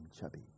chubby